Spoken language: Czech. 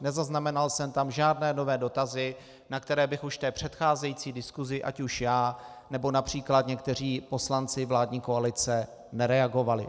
Nezaznamenal jsem tam žádné nové dotazy, na které bych už v té předcházející diskusi ať už já, nebo například někteří poslanci vládní koalice nereagovali.